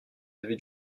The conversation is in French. avez